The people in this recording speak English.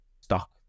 stock